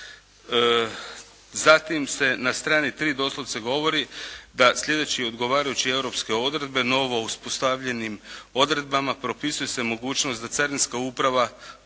Zatim se na strani 3. doslovce govori da slijedeći odgovarajuće europske odredbe novo uspostavljenim odredbama propisuje se mogućnost da Carinska uprava